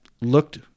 looked